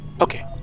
Okay